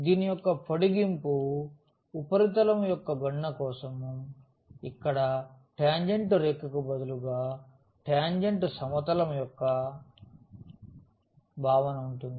దీని యొక్క పొడిగింపు ఉపరితలం యొక్క గణన కోసం ఇక్కడ టాంజెంట్ రేఖకు బదులుగా టాంజెంట్ సమతలం యొక్క భావన ఉంటుంది